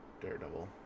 Daredevil